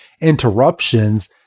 interruptions